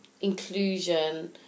inclusion